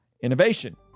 innovation